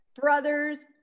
brother's